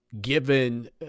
given